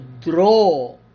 draw